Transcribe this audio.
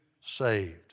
saved